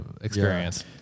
experience